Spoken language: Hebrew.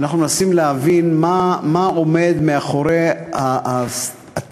אנחנו מנסים להבין מה עומד מאחורי התירוץ